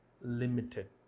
Limited